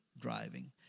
driving